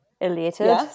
elated